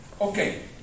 Okay